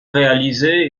réalisait